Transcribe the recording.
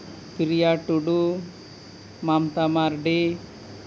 Priya Tudu Mamta Mardi